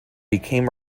became